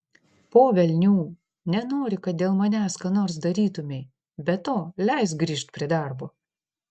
po velnių nenoriu kad dėl manęs ką nors darytumei be to leisk grįžt prie darbo